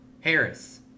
Harris